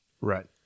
Right